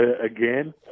again